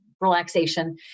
relaxation